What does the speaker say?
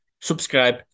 Subscribe